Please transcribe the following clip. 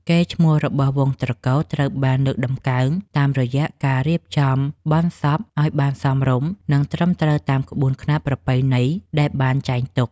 កេរ្តិ៍ឈ្មោះរបស់វង្សត្រកូលត្រូវបានលើកតម្កើងតាមរយៈការរៀបចំបុណ្យសពឱ្យបានសមរម្យ និង ត្រឹមត្រូវតាមក្បួនខ្នាតប្រពៃណីដែលបានចែងទុក។